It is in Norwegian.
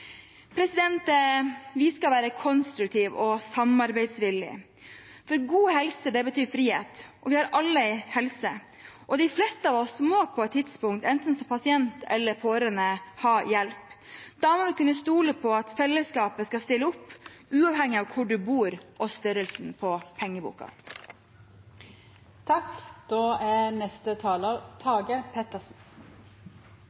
Vi skal være konstruktive og samarbeidsvillige, for god helse betyr frihet, og vi har alle en helse. De fleste av oss må på et tidspunkt enten som pasient eller pårørende ha hjelp. Da må vi kunne stole på at fellesskapet skal stille opp, uavhengig av hvor man bor og størrelsen på